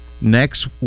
next